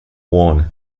worn